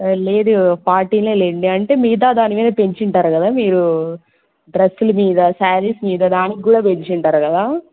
లేదు పార్టీ లేండి అంటే మిగతా దాని మీద పెంచినారు కదా మీరు డ్రస్సులు మీద శారీస్ మీద దానికి కూడా పెంచినారు కదా